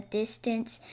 distance